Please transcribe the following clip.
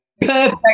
Perfect